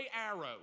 arrow